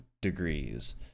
degrees